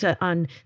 on